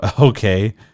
okay